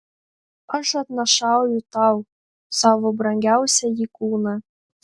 aš atnašauju tau savo brangiausiąjį kūną